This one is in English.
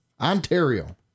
Ontario